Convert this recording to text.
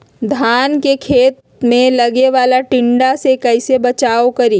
धान के खेत मे लगने वाले टिड्डा से कैसे बचाओ करें?